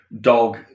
Dog